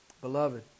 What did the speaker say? Beloved